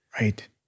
Right